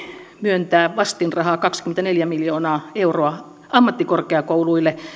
myöntää vastinrahaa kaksikymmentäneljä miljoonaa euroa ammattikorkeakouluille